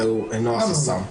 זהו אינו החסם.